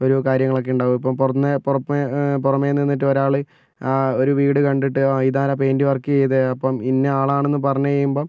ഒരു കാര്യങ്ങളൊക്കെ ഉണ്ടാകും ഇപ്പോൾ പുറമേ പുറമേ നിന്നിട്ട് ഒരാൾ ആ ഒരു വീട് കണ്ടിട്ട് ഇതാരാ പെയിൻറ് വർക്ക് ചെയ്തേ അപ്പം ഇന്ന ആളാണ് എന്ന് പറഞ്ഞു കഴിയുമ്പം